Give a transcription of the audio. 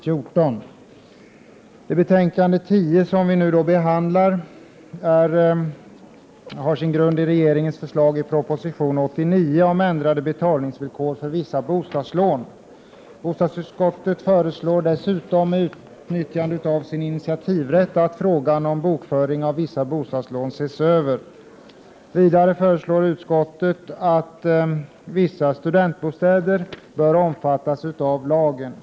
Bostadsutskottets betänkande 10, som vi nu behandlar, har sin grund i regeringens förslag i proposition 1988/89:89 om ändrade betalningsvillkor för vissa bostadslån. Bostadsutskottet föreslår dessutom, med utnyttjande av sin initiativrätt, att frågan om bokföring av vissa bostadslån ses över. Vidare föreslår utskottet att vissa studentbostäder skall omfattas av lagen.